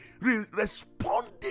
responding